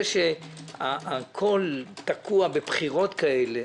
זה שהכול תקוע בבחירות כאלה,